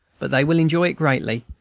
but they will enjoy it greatly,